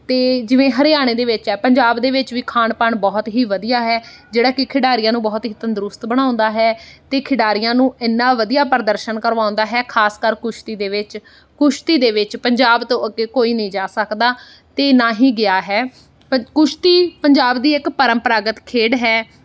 ਅਤੇ ਜਿਵੇਂ ਹਰਿਆਣੇ ਦੇ ਵਿੱਚ ਹੈ ਪੰਜਾਬ ਦੇ ਵਿੱਚ ਵੀ ਖਾਣ ਪਾਣ ਬਹੁਤ ਹੀ ਵਧੀਆ ਹੈ ਜਿਹੜਾ ਕਿ ਖਿਡਾਰੀਆਂ ਨੂੰ ਬਹੁਤ ਹੀ ਤੰਦਰੁਸਤ ਬਣਾਉਂਦਾ ਹੈ ਅਤੇ ਖਿਡਾਰੀਆਂ ਨੂੰ ਇੰਨਾ ਵਧੀਆ ਪ੍ਰਦਰਸ਼ਨ ਕਰਵਾਉਂਦਾ ਹੈ ਖਾਸ ਕਰ ਕੁਸ਼ਤੀ ਦੇ ਵਿੱਚ ਕੁਸ਼ਤੀ ਦੇ ਵਿੱਚ ਪੰਜਾਬ ਤੋਂ ਅੱਗੇ ਕੋਈ ਨਹੀਂ ਜਾ ਸਕਦਾ ਅਤੇ ਨਾ ਹੀ ਗਿਆ ਹੈ ਕੁਸ਼ਤੀ ਪੰਜਾਬ ਦੀ ਇੱਕ ਪਰੰਪਰਾਗਤ ਖੇਡ ਹੈ